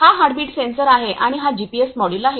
हा heartbeat sensor आहे आणि हा जीपीएस मॉड्यूल आहे